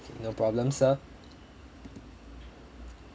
no problem sir